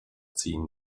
ziehen